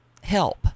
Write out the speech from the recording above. help